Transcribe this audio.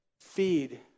Feed